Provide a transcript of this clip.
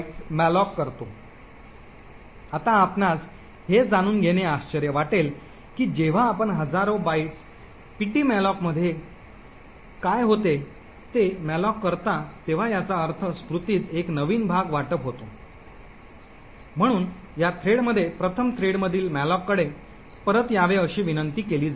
आता आपणास हे जाणून घेणे आश्चर्य वाटेल की जेव्हा आपण हजारो बाइट्स पीटीमलोकमध्ये काय होते ते मॅलोक करता तेव्हा त्याचा अर्थ स्मृतीत एक नवीन भाग वाटप होतो म्हणून या थ्रेडमध्ये प्रथम थ्रेडमधील मॅलोककडे परत यावे अशी विनंती केली जाईल